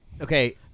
Okay